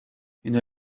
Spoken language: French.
une